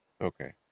Okay